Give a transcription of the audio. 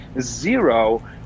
zero